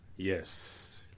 Yes